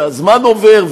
והזמן עובר,